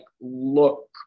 look